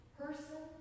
person